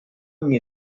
mir